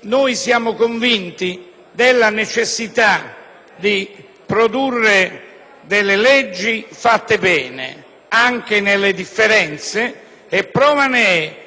Noi siamo convinti della necessità di produrre leggi fatte bene, anche nelle differenze, e prova ne è che nel disegno di legge in esame